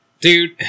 Dude